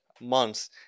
months